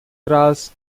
trás